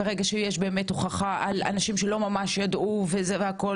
ברגע שיש באמת הוכחה על אנשים שלא ממש ידעו והכל,